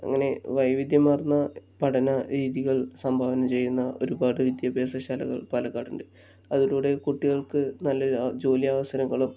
അങ്ങനെ വൈവിധ്യമാർന്ന പഠനരീതികൾ സംഭാവന ചെയ്യുന്ന ഒരുപാട് വിദ്യഭ്യാസ ശാലകൾ പാലക്കാട് ഉണ്ട് അതിലൂടെ കുട്ടികൾക്ക് നല്ലൊരു ജോലി അവസരങ്ങളും